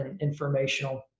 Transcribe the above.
informational